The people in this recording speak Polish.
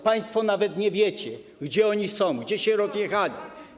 Państwo nawet nie wiecie, gdzie oni są, gdzie się rozjechali.